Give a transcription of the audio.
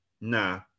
Nah